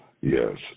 Yes